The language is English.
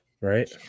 right